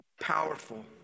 powerful